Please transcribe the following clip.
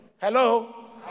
Hello